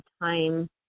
time